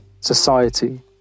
society